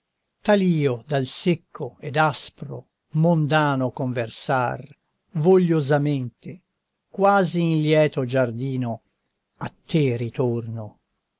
io dal secco ed aspro mondano conversar vogliosamente quasi in lieto giardino a te ritorno